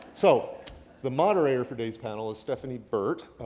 so the moderator for today's panel is stephanie burt,